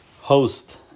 host